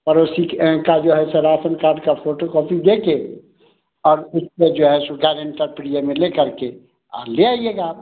पड़ोसी का का है जो उस राशन कार्ड का फोटोकॉपी दे कर अब उस पर जो है प्रयोग में ले कर के ले आइएगा आप